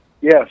yes